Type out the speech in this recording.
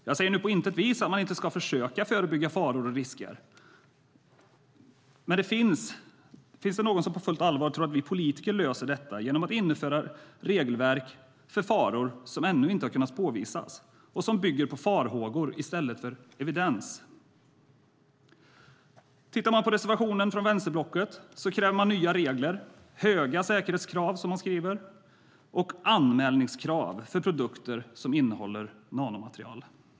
Jag säger nu på intet vis att man inte ska försöka förebygga faror och risker, men finns det någon som på fullt allvar tror att vi politiker löser detta genom att införa ett regelverk för faror som ännu inte har kunnat påvisas och som bygger på farhågor i stället för evidens? I reservationen från vänsterblocket kräver man nya regler. Det ska vara höga säkerhetskrav, som man skriver. Och det ska vara anmälningskrav för produkter som innehåller nanomaterial.